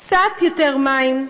קצת יותר מים.